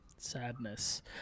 Sadness